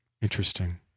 Interesting